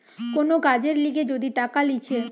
কোন কাজের লিগে যদি টাকা লিছে